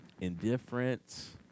indifference